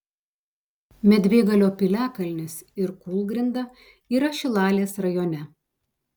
medvėgalio piliakalnis ir kūlgrinda yra šilalės rajone